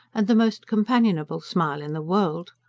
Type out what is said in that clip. and the most companionable smile in the world.